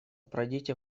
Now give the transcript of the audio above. пройдите